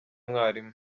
mwarimu